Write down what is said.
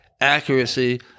accuracy